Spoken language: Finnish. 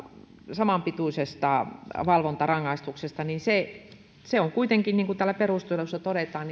samanpituisesta valvontarangaistuksesta kuitenkin niin kuin täällä perusteluissa todetaan